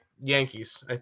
Yankees